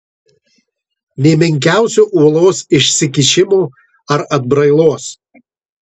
nė menkiausio uolos išsikišimo ar atbrailos